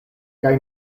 kaj